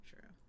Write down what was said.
true